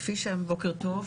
בוקר טוב,